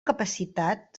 capacitat